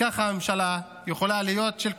ככה הממשלה יכולה להיות של כולם.